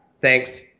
Thanks